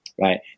right